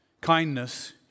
kindness